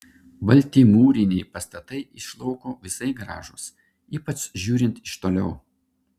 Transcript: balti mūriniai pastatai iš lauko visai gražūs ypač žiūrint iš toliau